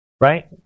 right